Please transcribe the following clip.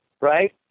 Right